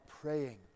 praying